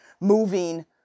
moving